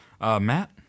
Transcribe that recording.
Matt